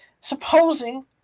supposing